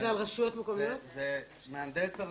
זה מהנדס הרשות,